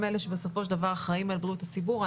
הם אלה שבסופו של דבר אחראיים על בריאות הציבור.